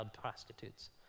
prostitutes